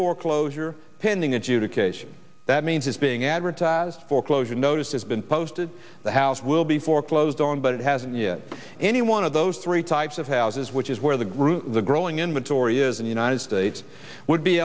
foreclosure pending adjudication that means it's being advertised foreclosure notice has been posted the house will be foreclosed on but it hasn't yet any one of those three types of houses which is where the group the growing inventory is in united states would be